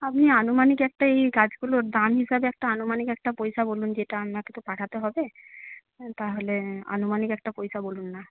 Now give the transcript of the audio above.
আপনি আনুমানিক একটা এই গাছগুলোর দাম হিসাবে একটা আনুমানিক একটা পয়সা বলুন যেটা আপনাকে তো পাঠাতে হবে তাহলে আনুমানিক একটা পয়সা বলুন না